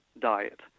diet